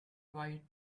white